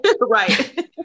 Right